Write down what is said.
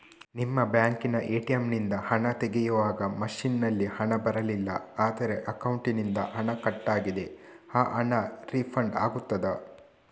ನಿಮ್ಮ ಬ್ಯಾಂಕಿನ ಎ.ಟಿ.ಎಂ ನಿಂದ ಹಣ ತೆಗೆಯುವಾಗ ಮಷೀನ್ ನಲ್ಲಿ ಹಣ ಬರಲಿಲ್ಲ ಆದರೆ ಅಕೌಂಟಿನಿಂದ ಹಣ ಕಟ್ ಆಗಿದೆ ಆ ಹಣ ರೀಫಂಡ್ ಆಗುತ್ತದಾ?